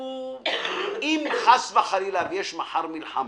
הוא אם, חס וחלילה, יש מחר מלחמה,